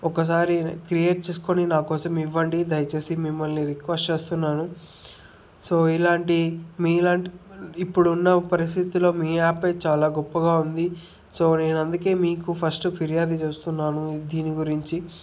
ఒకసారి క్రియేట్ చేసుకొని నా కోసం ఇవ్వండి దయచేసి మిమ్మల్ని రిక్వెస్ట్ చేస్తున్నాను సో ఇలాంటి మీలాంటి ఇప్పుడు ఉన్న పరిస్థితిలో మీ యాపే చాలా గొప్పగా ఉంది సో నేను అందుకే మీకు ఫస్ట్ ఫిర్యాదు చేస్తున్నాను దీని గురించి